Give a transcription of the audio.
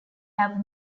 have